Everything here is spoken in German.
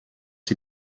sie